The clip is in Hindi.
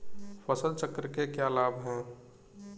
फसल चक्र के क्या लाभ हैं?